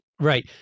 Right